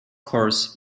course